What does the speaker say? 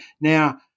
now